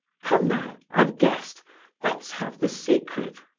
come now i've guessed let's have the secret!